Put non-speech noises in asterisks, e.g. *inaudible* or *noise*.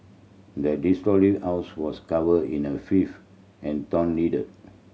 the desolated house was covered in the filth and torn letter *noise*